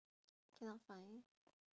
cannot find